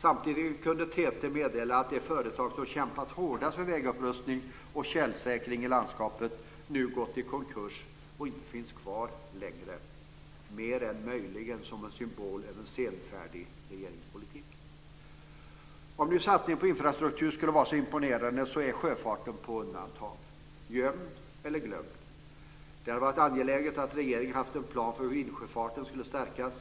Samtidigt kunde TT meddela att det företag som kämpat hårdast för vägupprustning och tjälsäkring i landskapet nu har gått i konkurs och inte finns kvar längre - mer än möjligen som en symbol över en senfärdig regeringspolitik. Om nu satsningen på infrastruktur skulle vara så imponerande så är sjöfarten satt på undantag. Gömd eller glömd. Det hade varit angeläget att regeringen hade haft en plan för hur insjöfarten skulle stärkas.